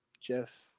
Jeff